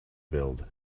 build